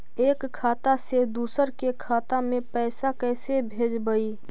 एक खाता से दुसर के खाता में पैसा कैसे भेजबइ?